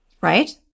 right